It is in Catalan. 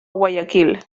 guayaquil